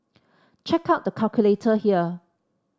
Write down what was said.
check out the calculator here